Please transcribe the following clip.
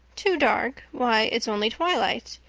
too dark? why, it's only twilight.